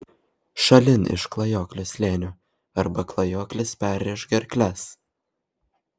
šalin iš klajoklio slėnio arba klajoklis perrėš gerkles